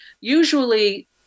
Usually